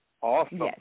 Awesome